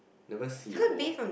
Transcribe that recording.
never see before